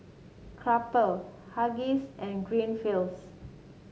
Crumpler Huggies and Greenfields